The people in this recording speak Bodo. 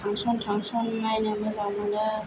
फांसन थांसन नायनो मोजां मोनो